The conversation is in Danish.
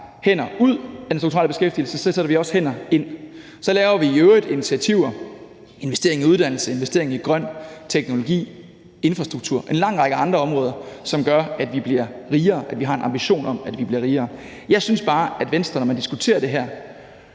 hænder ud af den strukturelle beskæftigelse, sætter vi også hænder ind. Så laver vi i øvrigt initiativer, investeringer i uddannelse, investeringer i grøn teknologi og infrastruktur og på en lang række andre områder, som gør, at vi bliver rigere – altså, vi har en ambition om, at vi bliver rigere. Jeg synes bare, at Venstre, når man diskuterer det her,